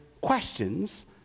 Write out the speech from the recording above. questions